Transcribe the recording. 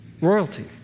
royalty